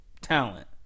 talent